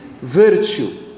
virtue